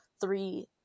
three